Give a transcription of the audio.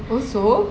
you also